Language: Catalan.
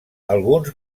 alguns